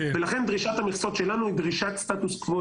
לכן, דרישת המכסות שלנו היא דרישת סטטוס קוו.